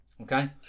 Okay